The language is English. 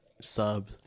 Sub